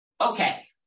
Okay